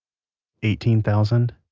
eighteen thousand,